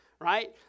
right